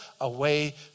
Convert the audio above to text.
away